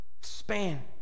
span